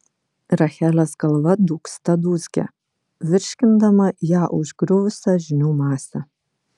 rachelės galva dūgzte dūzgė virškindama ją užgriuvusią žinių masę